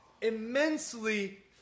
immensely